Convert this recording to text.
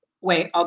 Wait